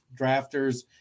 drafters